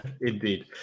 Indeed